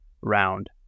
round